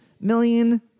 million